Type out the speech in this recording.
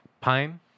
Pine